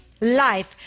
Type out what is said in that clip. life